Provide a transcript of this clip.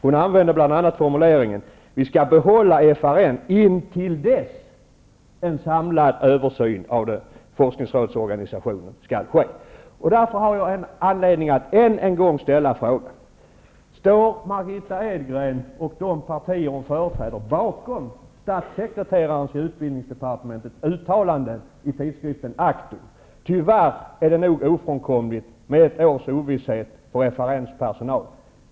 Hon använde sig bl.a. av formuleringen: Vi skall behålla FRN intill dess en samlad översyn av forskningsrådsorganisationen skall ske. Jag har därför anledning att än en gång ställa frågan: Står Margitta Edgren och de partier hon företräder bakom statssekreterarens i utbildningsdepartementet uttalande i tidskriften Actor om att det nog tyvärr är ofrånkomligt med ett års ovisshet för FRN:s personal?